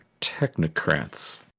technocrats